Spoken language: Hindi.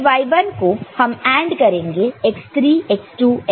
फिर y1 को हम AND करेंगे x3 x2 x1 x0 से